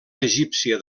egípcia